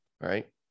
right